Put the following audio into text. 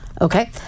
Okay